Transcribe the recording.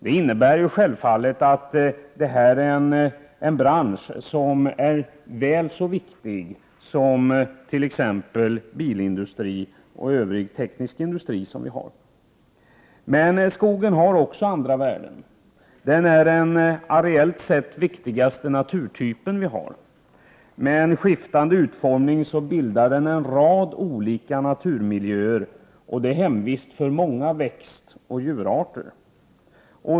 Det innebär självfallet att det här är en bransch som säkert är lika viktig som t.ex. bilindustrin och övrig teknisk industri i landet. Men skogen har också andra värden. Skogen är nämligen den areellt sett viktigaste naturtypen i Sverige. Genom sin skiftande utformning bildar skogen en rad olika naturmiljöer. Vidare är skogen hemvist för många växtoch djurarter.